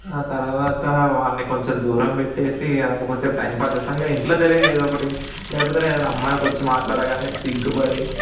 ఆ తర్వాత వాడిని కొంచెం దూరం పెట్టేసి ఇక కొంసేపు టైమ్ పాస్ చేస్తూ ఇంక ఇంట్లో జరిగేవి ఏదోటి లేకపోతే ఏదన్నా అమ్మాయికి వచ్చి మాట్లాడగానే సిగ్గుపడి